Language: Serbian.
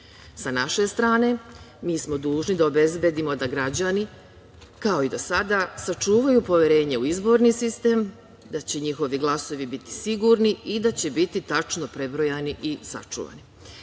Sa naše strane, mi smo dužni da obezbedimo da građani, kao i do sada sačuvaju poverenje u izborni sistem, da će njihovi glasovi biti sigurni i da će biti tačno prebrojani i sačuvani. Naša